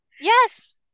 yes